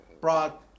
brought